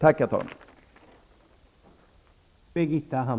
Tack, herr talman!